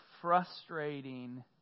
frustrating